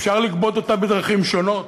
אפשר לגבות אותה בדרכים שונות: